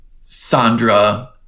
Sandra